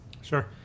Sure